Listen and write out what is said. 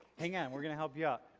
hang on we're gonna help yeah